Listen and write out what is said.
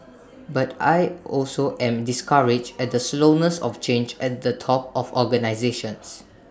but I also am discouraged at the slowness of change at the top of organisations